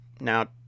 now